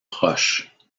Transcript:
proche